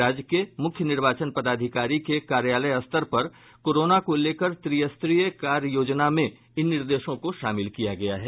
राज्य के मुख्य निर्वाचन पदाधिकारी के कार्यलय स्तर पर कोरोना को लेकर त्रिस्तरीय कार्य योजना में इन निर्देशों को शामिल किया गया है